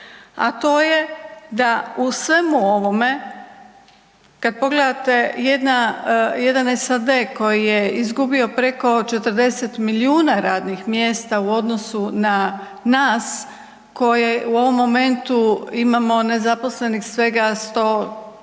a to je da u svemu ovome, kad pogledate jedna, jedan SAD koji je izgubio preko 40 milijuna radnih mjesta u odnosu na nas koje u ovom momentu imamo nezaposlenih svega 100,